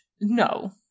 no